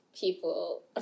people